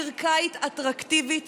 עיר קיט אטרקטיבית